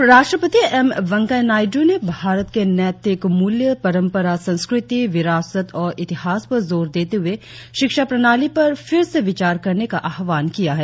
उपराष्ट्रपति एम वैंकया नायडू ने भारत के नैतिक मूल्य परंपरा संस्कृति विरासत और इतिहास पर जोर देते हुए शिक्षा प्रणाली पर फिर से विचार करने का आह्वान किया है